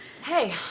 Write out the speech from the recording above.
Hey